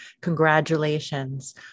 Congratulations